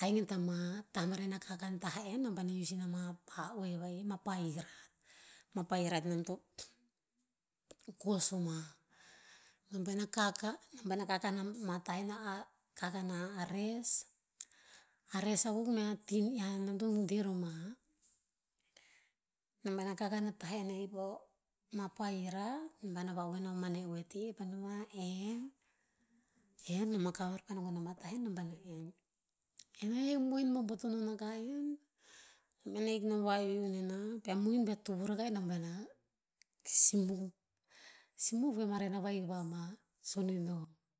ahik gen ta ma tah maren a kakan tah en, nom paena use ina pah oev a i. Ma pa hirat mah pa hirat nom to- to kos o mah. Nom paena kaka- nom paena kakan ama tah en a, kakan a res. A res akuk mea tin ian nom to de ro mah. Nom paena kakan a tah en a i po, mah pa hirat. Nom paena vaoeh na o mane oete pa no mah pa en- en, nom a kavar paena gon ama tah en nom pah no en. En ahik, mohin bobotonon a kah en. Nom en ahik, nom vahiyo nena, pih a mohin ve a tovuh rakah, e nom paena simuk, simuk veh maren a vahiva ma sonin nom.